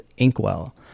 Inkwell